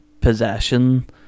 possession